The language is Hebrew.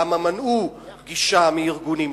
למה מנעו גישה מארגונים,